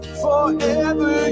forever